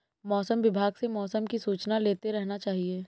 मौसम विभाग से मौसम की सूचना लेते रहना चाहिये?